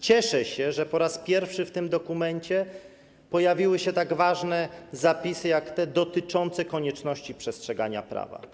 Cieszę się, że po raz pierwszy w tym dokumencie pojawiły się tak ważne zapisy jak te dotyczące konieczności przestrzegania prawa.